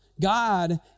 God